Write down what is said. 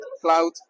cloud